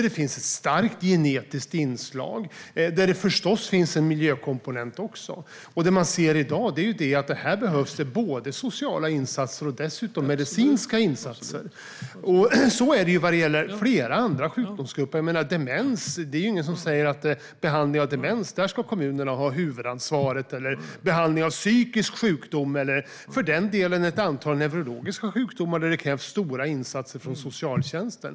Det finns ett starkt genetiskt inslag och förstås också en miljökomponent. I dag ser man att det behövs både sociala och medicinska insatser. Så här är det för flera andra sjukdomsgrupper. Ingen säger ju att kommunerna ska ha huvudansvaret för exempelvis demens, psykisk sjukdom eller ett antal neurologiska sjukdomar, där det också krävs stora insatser från socialtjänsten.